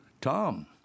TOM